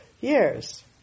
years